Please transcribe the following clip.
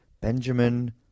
Benjamin